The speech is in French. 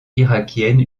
irakienne